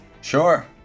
sure